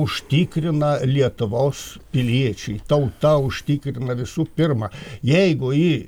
užtikrina lietuvos piliečiai tauta užtikrina visų pirma jeigu ji